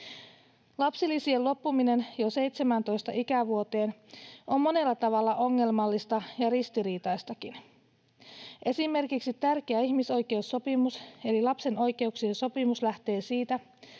Lapsilisien loppuminen jo 17 ikävuoteen on monella tavalla ongelmallista ja ristiriitaistakin. Esimerkiksi tärkeä ihmisoikeussopimus eli lapsen oikeuksien sopimus lähtee siitä,